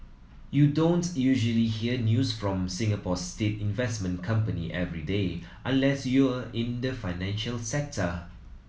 you don't usually hear news from Singapore's state investment company every day unless you're in the financial sector